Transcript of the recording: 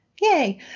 Yay